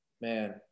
man